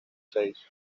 seis